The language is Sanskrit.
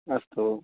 अस्तु